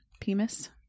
PEMIS